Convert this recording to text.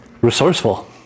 resourceful